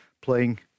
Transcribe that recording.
playing